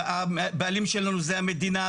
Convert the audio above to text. הבעלים שלנו זה המדינה,